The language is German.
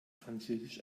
französisch